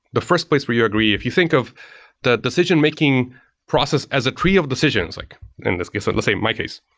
the first place where you agree. if you think of the decision making process as a cree of decisions, like in this case, ah let's say my case.